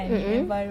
mm mm